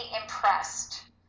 impressed